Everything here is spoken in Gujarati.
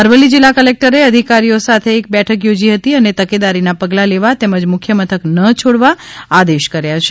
અરવલ્લી જિલ્લા કલેકટરે અધિકારીઓ સાથે એક બેઠક યોજી હતી અને તકેદારીના પગલા લેવા તેમજ મુખ્ય મથક ન છોડવા આદેશ કર્યો છે